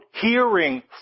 hearing